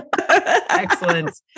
Excellent